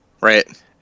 Right